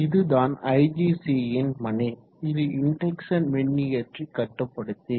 இதுதான் IGC ன் பணி இது இன்டெக்சன் மின்னியற்றி கட்டுப்படுத்தி